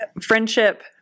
friendship